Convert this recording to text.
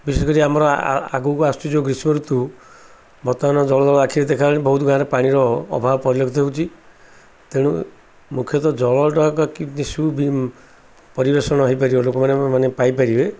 ବିଶେଷ କରି ଆମର ଆଗକୁ ଆସୁଛି ଯେଉଁ ଗ୍ରୀଷ୍ମ ଋତୁ ବର୍ତ୍ତମାନ ଜଳ ଜଳ ଆଖିରେ ଦେଖା ବହୁତ ଗାଁରେ ପାଣିର ଅଭାବ ପରିଲକ୍ଷତ ହେଉଛି ତେଣୁ ମୁଖ୍ୟତଃ ପରିବେଷଣ ହେଇ ପାରିବ ଲୋକମାନେ ମାନେ ପାଇ ପାରିବେ